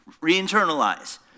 Re-internalize